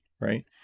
right